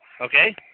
Okay